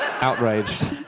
outraged